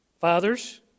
fathers